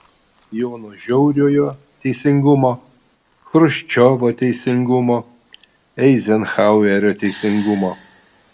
jono žiauriojo teisingumo chruščiovo teisingumo eizenhauerio teisingumo